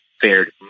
fared